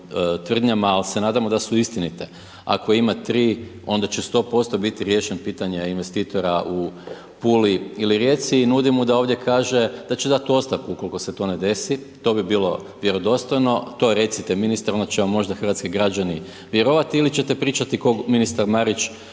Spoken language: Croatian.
ali se nadamo da su istinite, ako ima 3 onda će 100% biti riješen pitanje investitora u Puli ili Rijeci i nudi mu da ovdje kaže da će dati ostavku ukoliko se to ne desi. To bi bilo vjerodostojno, to recite ministru, onda će vam možda hrvatski građani vjerovati ili ćete pričati ko ministar Marić